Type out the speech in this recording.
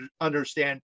understand